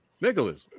nicholas